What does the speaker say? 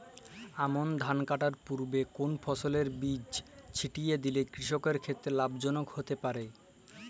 আমন ধান কাটার পূর্বে কোন ফসলের বীজ ছিটিয়ে দিলে কৃষকের ক্ষেত্রে লাভজনক হতে পারে?